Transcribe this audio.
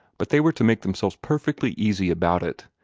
but they were to make themselves perfectly easy about it,